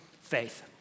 faith